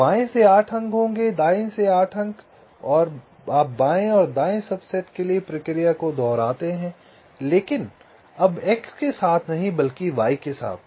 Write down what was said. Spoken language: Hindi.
तो बाएं से 8 अंक होंगे दाएं से 8 अंक आप बाएं और दाएं सबसेट के लिए प्रक्रिया को दोहराते हैं लेकिन अब x के साथ नहीं बल्कि y के साथ